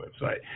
website